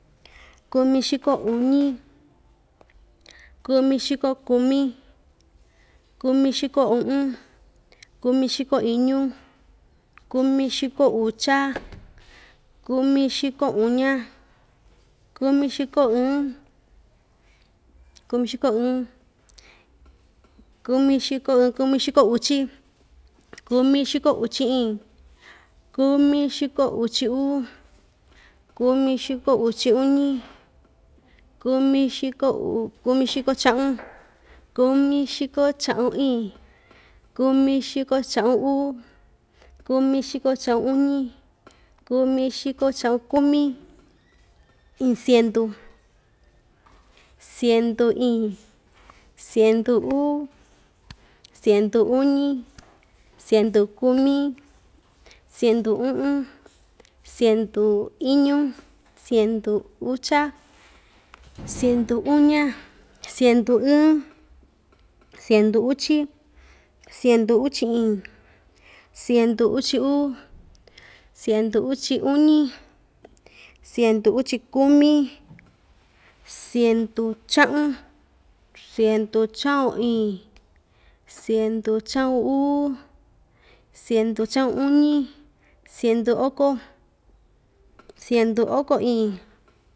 Kumixiko uñi, kumixiko kumi, kumixiko u'un, kumixiko iñu, kumixiko ucha, kumixiko uña, kumixiko ɨɨn, kumixiko ɨɨn kumixiko ɨɨn, kumixiko uchi, kumixiko uchi iin, kumixiko uchi uu, kumixiko uchi uñi, kumixiko u kumixiko cha'un, kumixiko cha'un iin, kumixiko cha'un uu, kumixiko cha'un uñi, kumixiko cha'un kumi, iin siendu, siendu iin, siendu uu, siendu uñi, siendu kumi, siendu u'un, siendu iñu, siendu ucha, siendu uña, siendu ɨɨn, siendu uchi, siendu uchi iin, siendu uchi uu, siendu uchi uñi, siendu uchi kumi, siendu cha'un, siendu cha'un, iin, siendu cha'un uu, siendu cha'un uñi, siendu oko, siendu oko iin.